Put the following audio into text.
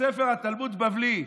ספר התלמוד הבבלי,